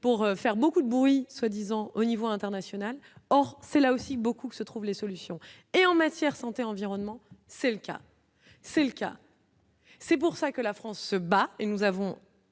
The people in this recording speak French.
pour faire beaucoup de bruit, soi-disant au niveau international, or c'est là aussi beaucoup que se trouvent les solutions et en matière, santé, environnement, c'est le cas, c'est le cas. C'est pour ça que la France se bat et nous avons